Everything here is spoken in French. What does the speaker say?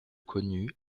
connues